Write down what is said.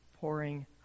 pouring